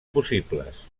possibles